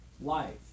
life